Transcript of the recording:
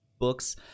books